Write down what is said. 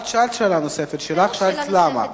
את שאלת שאלה נוספת, שאלת למה.